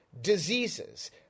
diseases